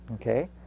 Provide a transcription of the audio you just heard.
okay